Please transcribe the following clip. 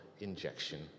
injection